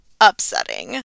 upsetting